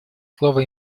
слово